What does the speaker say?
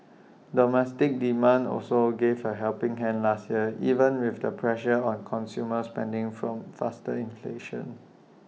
domestic demand also gave A helping hand last year even with the pressure on consumer spending from faster inflation